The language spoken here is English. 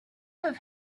have